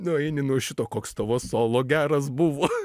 nueini nuo šito koks tavo solo geras buvo